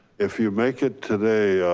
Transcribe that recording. if you make it today,